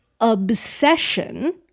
obsession